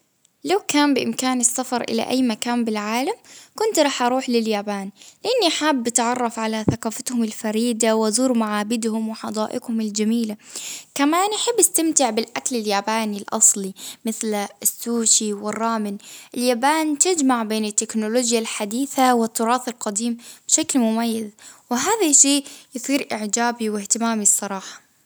لو كان بإمكان السفر إلى أي مكان بالعالم، كنت راح أروح لليابان ،إني حاب أتعرف على ثقافتهم الفريدة، وأزور معابدهم وحدائقهم الجميلة، كمان يحب يستمتع بالأكل الياباني الأصلي، مثل السوشي والرامن، اليابان تجمع بين التكنولوجيا الحديثة والتراث بشكل مميز، وهذا الشيء يصير إعجابي وإهتمامي بصراحة.